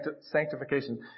sanctification